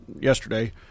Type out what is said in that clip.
yesterday